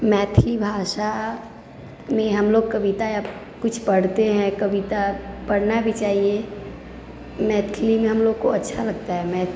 मैथिली भाषामे हमलोग कविता या कुछ पढ़ते हैँ कविता पढ़ना भी चाहिए मैथिलीमे हमलोग को अच्छा लगता है